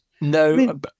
No